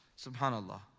Subhanallah